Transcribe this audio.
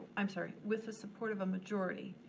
i'm sorry, with the support of a majority,